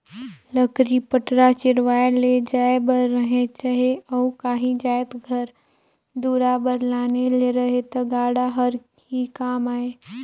लकरी पटरा चिरवाए ले जाए बर रहें चहे अउ काही जाएत घर दुरा बर लाने ले रहे ता गाड़ा हर ही काम आए